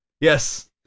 Yes